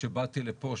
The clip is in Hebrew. כשבאתי לפה,